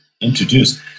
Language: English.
introduce